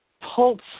pulse